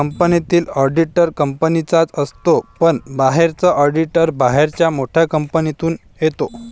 कंपनीतील ऑडिटर कंपनीचाच असतो पण बाहेरचा ऑडिटर बाहेरच्या मोठ्या कंपनीतून येतो